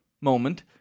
moment